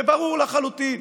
וברור לחלוטין,